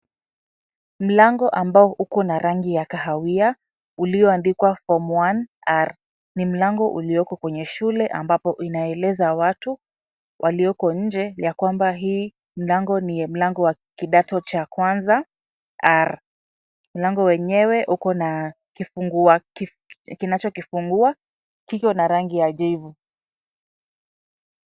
Mlango ambao uko na rangi ya kahawia, ulioandikwa form one R . Ni mlango ulioko kwenye shule ambapo inaeleza watu, walioko nje ya kwamba hii mlango ni wa kidato cha kwanza R . Mlango wenyewe uko na kifungua cha rangi ya jivu.